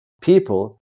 people